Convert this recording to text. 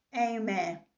amen